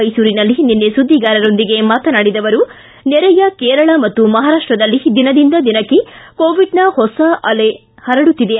ಮೈಸೂರಿನಲ್ಲಿ ನಿನ್ನೆ ಸುದ್ದಿಗಾರರೊಂದಿಗೆ ಅವರು ನೆರೆಯ ಕೇರಳ ಮತ್ತು ಮಹಾರಾಷ್ಷದಲ್ಲಿ ದಿನದಿಂದ ದಿನಕ್ಕೆ ಕೋವಿಡ್ನ ಹೊಸ ಅಲೆ ಪರಡುತ್ತಿದೆ